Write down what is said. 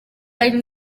kandi